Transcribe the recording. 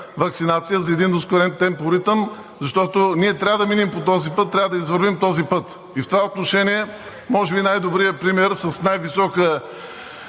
ваксинация, за един ускорен темпоритъм, защото ние трябва да минем по този път, трябва да извървим този път. И в това отношение може би най-добрият пример за най висока